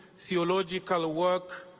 theological work,